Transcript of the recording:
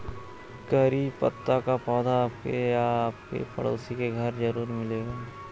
करी पत्ता का पौधा आपके या आपके पड़ोसी के घर ज़रूर मिलेगा